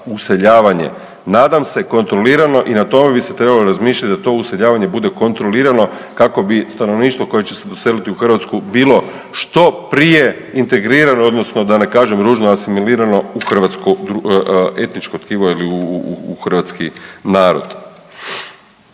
useljavanje. Nadam se kontrolirano i na tome bi se trebalo razmišljati da to useljavanje bude kontrolirano kako bi stanovništvo koje će se doseliti u Hrvatsku bilo što prije integrirano odnosno da ne kažem ružno asimilirano u hrvatsko etničko tkivo ili u hrvatski narod.